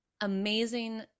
amazing